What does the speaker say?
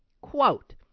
Quote